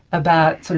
about sort